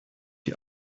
die